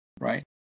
right